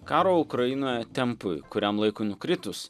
karo ukrainoje tempui kuriam laikui nukritus